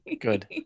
good